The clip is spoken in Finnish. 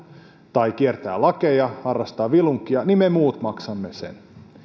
tai kiertää lakeja harrastaa vilunkia niin me muut maksamme sen